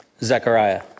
Zechariah